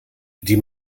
die